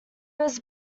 was